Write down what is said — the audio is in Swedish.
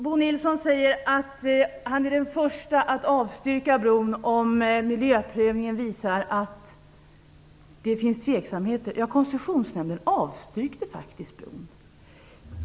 Bo Nilsson sade att han skulle vara den förste att avstyrka bron, om miljöprövningen visar att det finns tveksamheter. Koncessionsnämnden avstyrkte faktiskt bron.